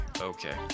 okay